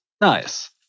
Nice